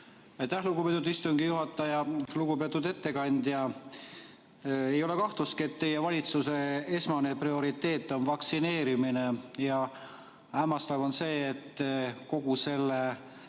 lugupeetud istungi juhataja! Lugupeetud ettekandja! Ei ole kahtlustki, et teie valitsuse esmane prioriteet on vaktsineerimine, ja hämmastav on see, et kogu selle